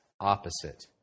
opposite